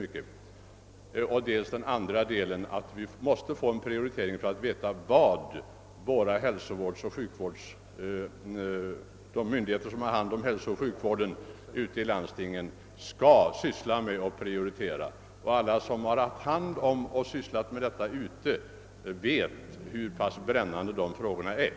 Det gäller vidare att få till stånd en prioritering, så att landstingen och de myndigheter som har hand om hälsooch sjukvården vet vad de skall satsa på. Alla som har sysslat med dessa frågor ute i landet vet hur brännande de är. Alltså bifall till utredningskravet enl. reservationen.